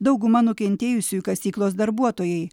dauguma nukentėjusiųjų kasyklos darbuotojai